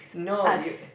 no you